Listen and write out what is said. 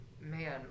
man